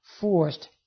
forced